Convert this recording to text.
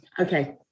okay